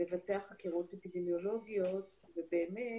לבצע חקירות אפידמיולוגיות ובאמת,